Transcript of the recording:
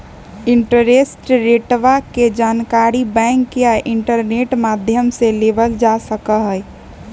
interest रेटवा के जानकारी बैंक या इंटरनेट माध्यम से लेबल जा सका हई